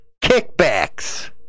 kickbacks